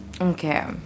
Okay